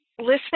listening